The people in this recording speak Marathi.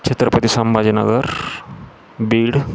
छत्रपती संभाजीनगर बीड